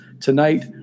tonight